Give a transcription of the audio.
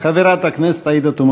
חברת הכנסת עאידה תומא